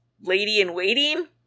lady-in-waiting